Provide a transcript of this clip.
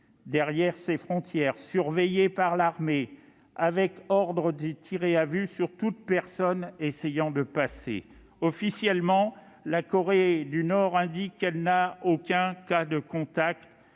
derrière ses frontières, surveillées par l'armée, qui a reçu l'ordre de tirer à vue sur toute personne essayant de passer. Officiellement, la Corée du Nord n'a enregistré aucun cas de covid-19.